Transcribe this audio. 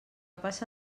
passa